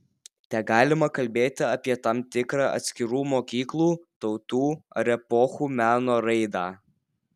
tegalima kalbėti apie tam tikrą atskirų mokyklų tautų ar epochų meno raidą